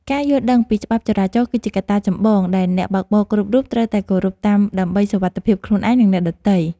ការយល់ដឹងពីច្បាប់ចរាចរណ៍គឺជាកត្តាចម្បងដែលអ្នកបើកបរគ្រប់រូបត្រូវតែគោរពតាមដើម្បីសុវត្ថិភាពខ្លួនឯងនិងអ្នកដទៃ។